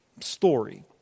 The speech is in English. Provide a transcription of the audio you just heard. story